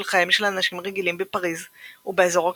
חייהם של אנשים רגילים בפריז ובאזור הכפרי.